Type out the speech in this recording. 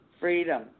Freedom